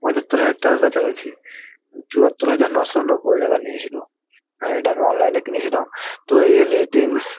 পঁচাত্তর হাজার টাকার কাছাকাছি চুয়াত্তর হাজার নশো নব্বই টাকা নিয়েছিলো হ্যাঁ এটা আমি অনলাইনে কিনেছিলাম তো এর রেটিংস